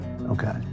Okay